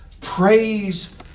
praise